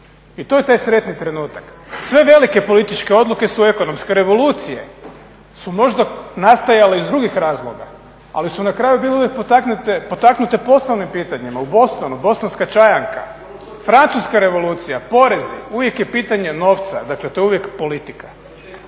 I to je taj sretni trenutak. Sve velike političke odluke su ekonomske. Revolucije su možda nastajale iz drugih razloga, ali su na kraju bile uvijek potaknute poslovnim pitanjima. U Bostonu, Bostonska čajanka, Francuska revolucija, porezi, uvijek je pitanje novca, dakle to je uvijek politika.